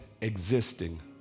existing